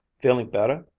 feelin' better?